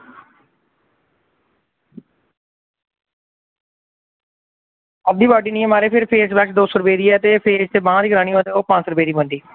अद्धी बाडी नेईं महाराज फिर फेस वाश दो सौ रपेऽ दी ऐ ते फेस ते बांह् दी करानी होऐ ते ओह् पंज सौ रपेऽ दी पौंदी